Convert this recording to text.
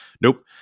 Nope